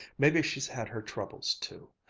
maybe she's had her troubles too.